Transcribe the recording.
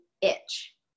itch